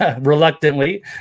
reluctantly